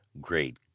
great